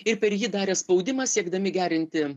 ir per ji darė spaudimą siekdami gerinti